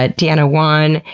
ah deanna juan,